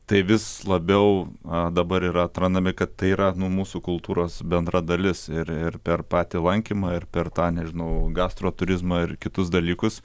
tai vis labiau dabar yra atrandami kad tai yra nuo mūsų kultūros bendra dalis ir ir per patį lankymą ir per tą nežinau gastro turizmą ir kitus dalykus